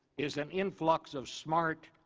is an influx of smart,